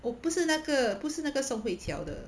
哦不是那个不是那个宋慧乔的